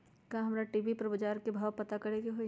का हमरा टी.वी पर बजार के भाव पता करे के होई?